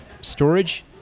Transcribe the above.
storage